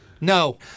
No